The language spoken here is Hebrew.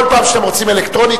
כל פעם שאתם רוצים אלקטרוני,